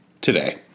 today